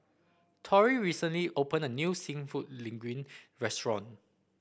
Tory recently opened a new seafood Linguine restaurant